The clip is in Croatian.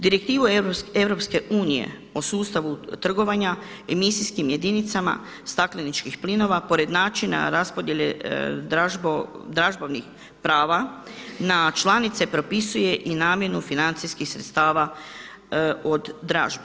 Direktiva EU o sustavu trgovanja, emisijskim jedinicama stakleničkih plinova pored načina raspodjele dražbovnih prava na članice propisuje i namjenu financijskih sredstava od dražbi.